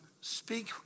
speak